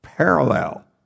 Parallel